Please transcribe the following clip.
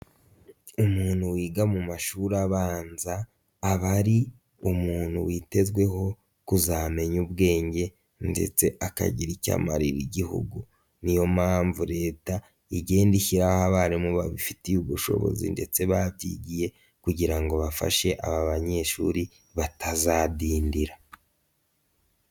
Umuntu wiga mu mashuri abanza, aba ari umuntu witezweho kuzamenya ubwenge ndetse akagira icyo amarira igihugu, niyo mpamvu leta igenda ishyi abarimu babifitiye ubushobozi ndetse batigiye kugira ngo bafashe aba banyeshuri batazadindira.